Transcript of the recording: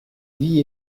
vie